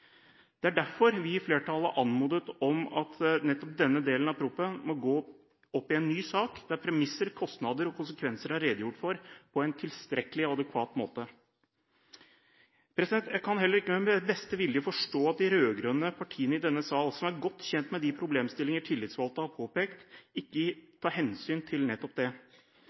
Det er derfor vi i flertallet har anmodet om at denne delen av proposisjonen må fremmes i en ny sak, der premisser, kostnader og konsekvenser er redegjort for på en tilstrekkelig og adekvat måte. Jeg kan ikke med min beste vilje forstå at de rød-grønne partiene i denne sal, som er godt kjent med de problemstillinger tillitsvalgte har påpekt, ikke tar hensyn til nettopp det.